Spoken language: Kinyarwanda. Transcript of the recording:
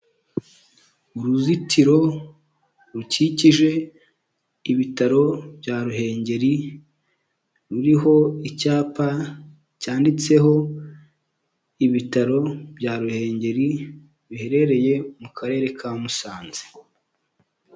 Uruzitiro rukikije ibitaro bya Ruhengeri, ruriho icyapa cyanditseho ibitaro bya Ruhengeri biherereye mu karere ka Musanze.